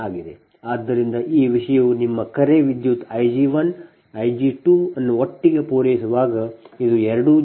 ಆದ್ದರಿಂದ ಈ ವಿಷಯವು ನಿಮ್ಮ ಕರೆ ವಿದ್ಯುತ್ I g1 I g2 ಅನ್ನು ಒಟ್ಟಿಗೆ ಪೂರೈಸುವಾಗ ಇದು ಎರಡೂ ಜನರೇಟರ್